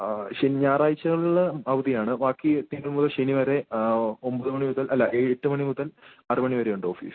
ആ ശനി ഞായറായ്ച്ചകളിൽ അവധിയാണ് ബാക്കി തിങ്കൾ മുതൽ ശനി വരെ ഒമ്പത് മണി മുതൽ അല്ല എട്ട് മണി മുതൽ ആറ് മണി വരെയുണ്ട് ഓഫീസ്